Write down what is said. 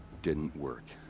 didn't work.